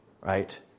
right